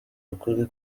ukuri